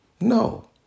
No